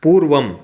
पूर्वम्